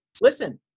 listen